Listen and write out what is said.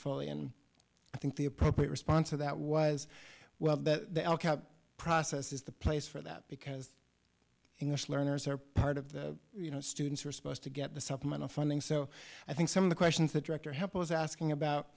fully and i think the appropriate response to that was well that process is the place for that because english learners are part of the you know students are supposed to get the supplemental funding so i think some of the questions that director help was asking about